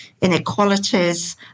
inequalities